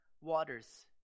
waters